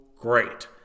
great